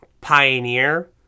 Pioneer